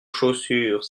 chaussures